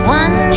one